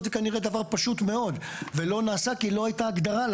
זה דבר פשוט מאוד שהיא לא עשתה כי לא הייתה הגדרה.